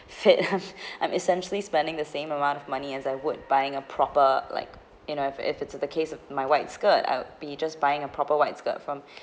fit I'm essentially spending the same amount of money as I would buying a proper like you know if it's in the case of my white skirt I'll be just buying a proper white skirt from